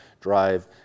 drive